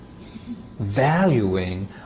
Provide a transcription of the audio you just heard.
valuing